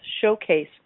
Showcase